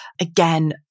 Again